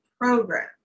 program